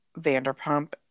Vanderpump